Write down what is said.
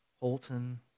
Holton